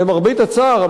למרבה הצער,